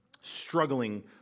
struggling